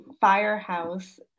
firehouse